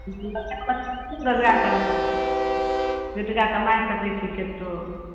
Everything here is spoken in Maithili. आर करबय दू टाका कमाइ सकय छी केतौ